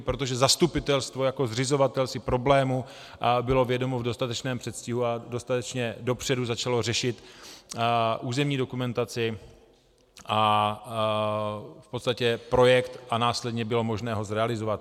Protože zastupitelstvo jako zřizovatel si problému bylo vědomo v dostatečném předstihu a dostatečně dopředu začalo řešit územní dokumentaci a v podstatě projekt a následně bylo možno ho zrealizovat.